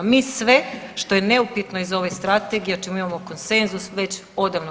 Mi sve što je neupitno iz ove strategije o čemu imamo konsenzus već odavno